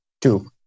Two